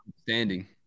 standing